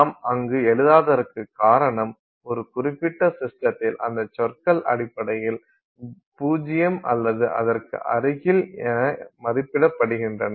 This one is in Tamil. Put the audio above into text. நாம் அங்கு எழுதாததற்குக் காரணம் ஒரு குறிப்பிட்ட சிஸ்டத்தில் அந்த சொற்கள் அடிப்படையில் 0 அல்லது அதற்கு அருகில் என மதிப்பிடுகின்றன